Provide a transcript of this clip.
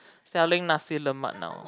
selling Nasi-Lemak now